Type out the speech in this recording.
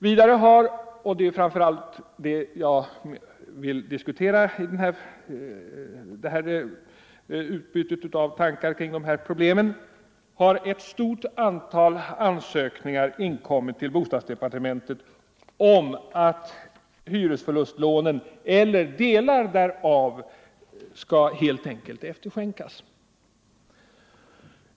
Vidare har — och det är framför allt det jag vill diskutera i detta utbyte av tankar om dessa problem =— ett stort antal ansökningar inkommit till bostadsdepartementet om att hyresförlustlånen eller delar därav helt enkelt skall efterskänkas.